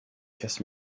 casse